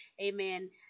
amen